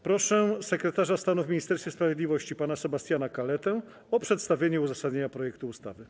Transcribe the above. Proszę sekretarza stanu w Ministerstwie Sprawiedliwości pana Sebastiana Kaletę o przedstawienie uzasadnienia projektu ustawy.